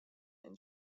and